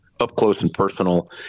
up-close-and-personal